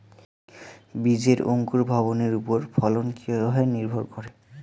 বীজের অঙ্কুর ভবনের ওপর ফলন কিভাবে নির্ভর করে?